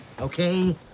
Okay